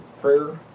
prayer